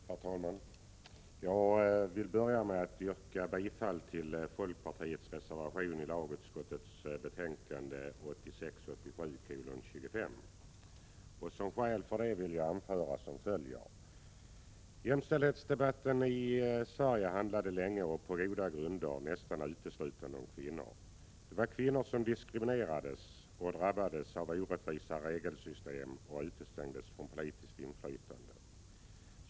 Herr talman! Jag vill börja med att yrka bifall till folkpartiets reservation i lagutskottets betänkande 1986/87:25. Som skäl för det vill jag anföra följande. Jämställdhetsdebatten i Sverige handlade länge — och på goda grunder — nästan uteslutande om kvinnor. Det var kvinnor som diskriminerades, drabbades av orättvisa regelsystem och utestängdes från politiskt inflytande.